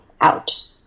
out